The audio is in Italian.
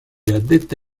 addetti